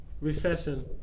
recession